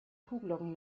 kuhglocken